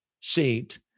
seat